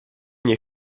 nie